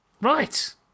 Right